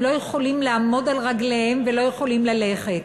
לא יכולים לעמוד על רגליהם ולא יכולים ללכת.